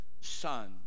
son